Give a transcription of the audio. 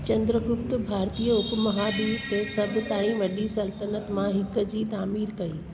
चंद्रगुप्त भारतीय उपमहादीप ते सभु ताईं वॾी सल्तनत मां हिकु जी तामीर कई